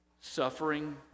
Suffering